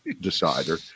decider